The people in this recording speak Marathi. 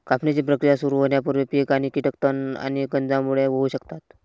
कापणीची प्रक्रिया सुरू होण्यापूर्वी पीक आणि कीटक तण आणि गंजांमुळे होऊ शकतात